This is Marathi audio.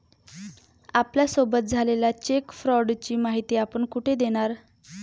आपल्यासोबत झालेल्या चेक फ्रॉडची माहिती आपण कुठे देणार?